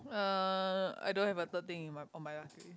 uh I don't have a third thing in my on my